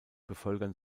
bevölkern